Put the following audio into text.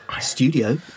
studio